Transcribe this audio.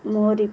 ମୋରି